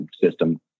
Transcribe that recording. system